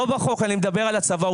לא בחוק, אני מדבר על הצבא.